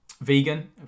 vegan